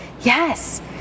yes